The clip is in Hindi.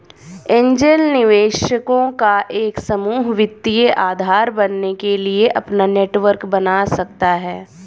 एंजेल निवेशकों का एक समूह वित्तीय आधार बनने के लिए अपना नेटवर्क बना सकता हैं